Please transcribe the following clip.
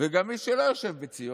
וגם מי שלא יושב בציון,